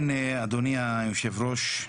אדוני היושב-ראש,